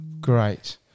Great